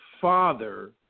father